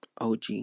OG